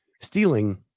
stealing